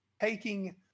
taking